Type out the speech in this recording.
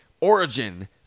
Origin